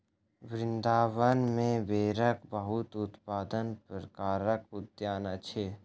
वृन्दावन में बेरक बहुत विभिन्न प्रकारक उद्यान अछि